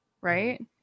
right